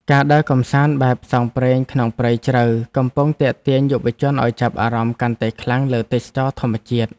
ការដើរកម្សាន្តបែបផ្សងព្រេងក្នុងព្រៃជ្រៅកំពុងទាក់ទាញយុវជនឱ្យចាប់អារម្មណ៍កាន់តែខ្លាំងលើទេសចរណ៍ធម្មជាតិ។